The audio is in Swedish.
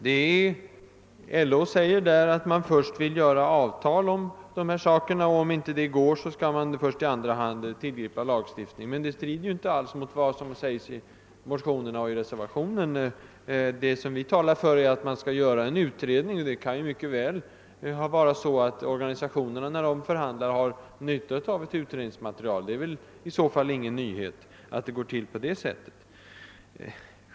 LO framhåller ju att man i första hand vill reglera de här frågorna genom avtal, och om detta inte lyckas skall man tillgripa lagstiftning. Detta strider ju inte alls mot vad som sägs i motionerna och i reservationen. Vi önskar en utredning, och organisationerna kan vid sina förhandlingar ha nytta av utredningsmaterialet. Det är ingen nyhet att det kan gå till på det sättet.